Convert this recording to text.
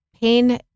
pain